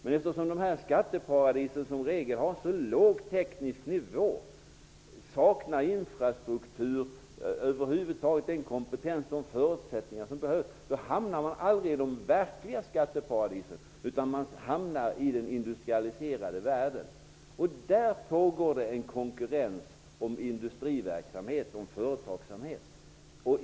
Men eftersom skatteparadisen som regel har så låg teknisk nivå, saknar infrastruktur och över huvud taget den kompetens och de förutsättningar som behövs, hamnar företagen aldrig i de verkliga skatteparadisen, utan man hamnar i den industrialiserade världen. Där pågår en konkurrens om industriverksamhet och företagsamhet.